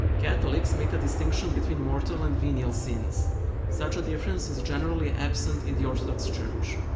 catholics make a distinction between mortal and venial sins such a difference is generally absent in the orthodox church.